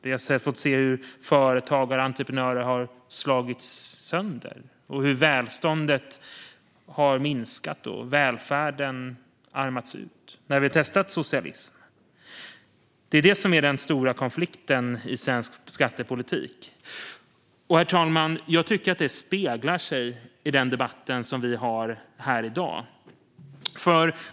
Vi har fått se hur företagare och entreprenörer har slagits sönder, hur välståndet har minskat och hur välfärden har utarmats när vi har testat socialism. Det är det som är den stora konflikten i svensk skattepolitik. Jag tycker, herr talman, att det avspeglas i den debatt vi har här i dag.